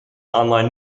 online